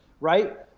right